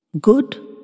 Good